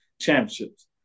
Championships